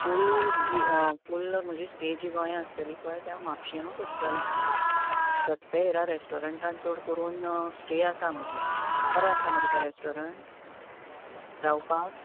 फुल full म्हणजे stay जी गोंया आसतली पय तें हांव म्हापशेनूच आसतलें सत्य हिरा रेस्टोरन्टान चड करून स्टे आसा म्हजी बरें आसा मरें तें रेस्टोरन्टान रावपाक